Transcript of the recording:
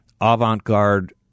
avant-garde